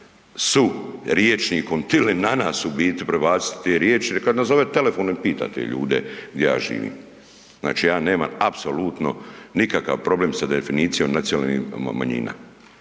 su rječnikom tili na nas u biti prebaciti te riječi, neka nazove telefonom i pita te ljude gdje ja živim. Znači ja nemam apsolutno nikakav problem sa definicijom nacionalnih manjina,